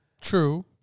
True